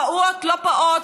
פעוט או לא פעוט,